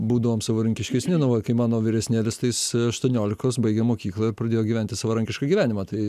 būdavom savarankiškesni nu va kai mano vyresnėlis tai jis aštuoniolikos baigė mokyklą ir pradėjo gyventi savarankišką gyvenimą tai